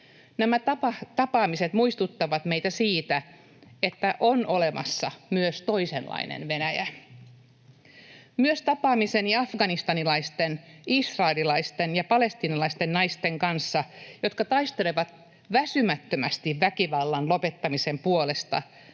Nämä tapaamiset muistuttavat meitä siitä, että on olemassa myös toisenlainen Venäjä. Myös tapaamiseni afganistanilaisten, israelilaisten ja palestiinalaisten naisten kanssa, jotka taistelevat väsymättömästi väkivallan lopettamisen puolesta,